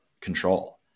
control